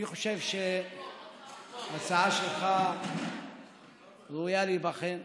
אני חושב שההצעה שלך ראויה להיבחן.